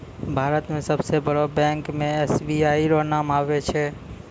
भारत मे सबसे बड़ो बैंक मे एस.बी.आई रो नाम आबै छै